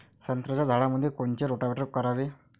संत्र्याच्या झाडामंदी कोनचे रोटावेटर करावे?